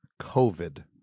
COVID